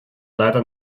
leider